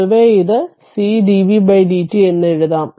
പൊതുവെ ഇത് c dvtdt എന്ന് എഴുതാം